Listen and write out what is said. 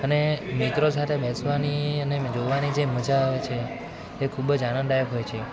અને મિત્રો સાથે બેસવાની અને જોવાની જે મજા આવે છે એ ખૂબ જ આનંદ દાયક હોય છે